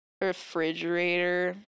refrigerator